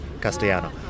Castellano